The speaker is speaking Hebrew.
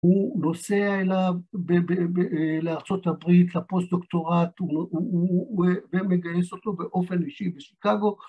הוא נוסע אליו לארה״ב, לפוסט-דוקטורט, ומגייס אותו באופן אישי בשיקגו.